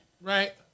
Right